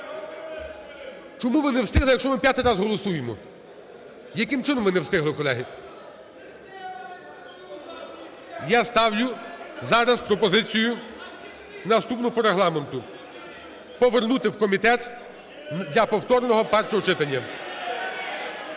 Чому ви не встигли, якщо ми п'ятий раз голосуємо? Яким чином ви не встигли, колеги? Я ставлю зараз пропозицію наступну по Регламенту: повернути в комітет для повторного першого читання.